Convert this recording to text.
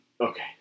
Okay